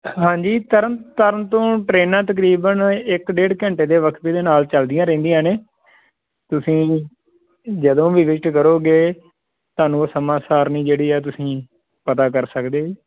ਹਾਂਜੀ ਤਰਨ ਤਾਰਨ ਤੋਂ ਟਰੇਨਾਂ ਤਕਰੀਬਨ ਇੱਕ ਡੇਢ ਘੰਟੇ ਦੇ ਵਕਫੇ ਦੇ ਨਾਲ ਚੱਲਦੀਆਂ ਰਹਿੰਦੀਆਂ ਨੇ ਤੁਸੀਂ ਜਦੋਂ ਵੀ ਵਿਜਿਟ ਕਰੋਗੇ ਤੁਹਾਨੂੰ ਉਹ ਸਮਾਂ ਸਾਰਨੀ ਜਿਹੜੀ ਹੈ ਤੁਸੀਂ ਪਤਾ ਕਰ ਸਕਦੇ ਹੋ